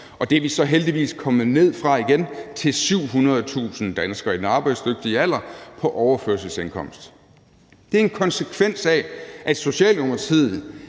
det er vi så heldigvis kommet ned fra igen til 700.000 danskere i den arbejdsdygtige alder på overførselsindkomst. Det er en konsekvens af, at Socialdemokratiet